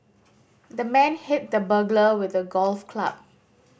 the man hit the burglar with a golf club